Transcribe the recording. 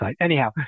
Anyhow